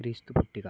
క్రీస్తు పుట్టుక